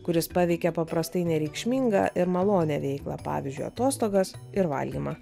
kuris paveikia paprastai nereikšmingą ir malonią veiklą pavyzdžiui atostogas ir valgymą